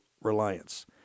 reliance